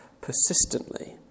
persistently